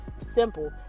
simple